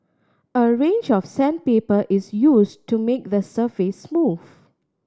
a range of sandpaper is use to make the surface smooth